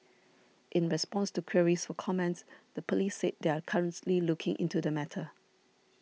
in response to queries for comment the police said they are currently looking into the matter